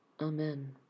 Amen